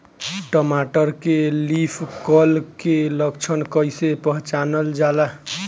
टमाटर में leaf curl के लक्षण कइसे पहचानल जाला?